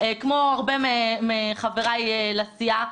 כמו הרבה מחבריי לסיעה,